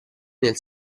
nel